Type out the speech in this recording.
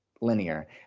linear